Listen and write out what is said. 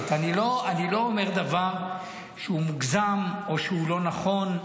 אני לא אומר דבר שהוא מוגזם או שהוא לא נכון,